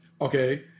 okay